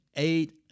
Eight